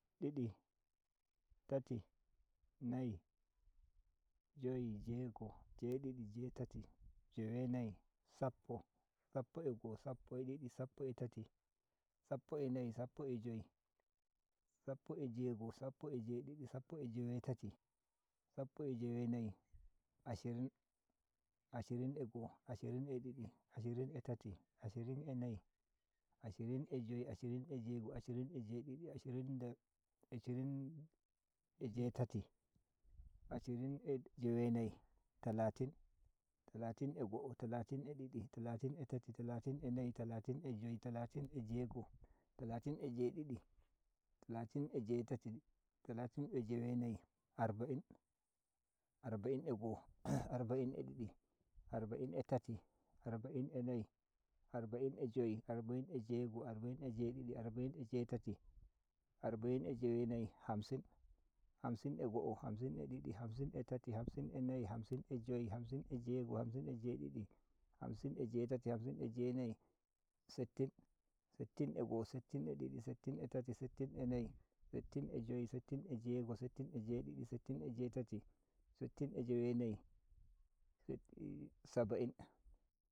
ɗidi tati nayi joyi jewego’o jewedidi jetati jenayi sappo sappo a go’o sappo a didi sappo a tati sappo nayi sappo a joyi sappo a jego;o sappo a jedidi sappo a jewetati sappo a jewe nayi ashirin ashirin a go’o ashirin a did ashirin a tati ashirin a nayi ashirin a joyi ashirin a jego’o ashirin a jedidi ashrin da ashirin a jetati ashirin a jewenayi talatin talatin a go’o taltin a didi talatin a tati taltin a nayi talatin a joyi talatin a jego’o talatin a jeɗiɗiɗi talatin a jewe nayi arba’in a didi arba’in a tati arba’in a didi arba’in a tati arba’in nayi arba’in a joyi arbai’n a jego’o arba’in a jedidi arba’in a jetati arba’in a jewe nayi hamsin a go’o harsin a didi hansin a tati harsin a nayi hamsin a joyi hamsin a jego’o hamsin a jedidi hamsin a jetati hamsin a jenayi settin settin a go’o settin a ɗiɗi settin a tati settin a ɗiɗi settin a tati settin a nayi settin a joyi settin a jego’o settin a jedidi settin a jetati settin a jewenayi saba’in.